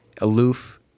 aloof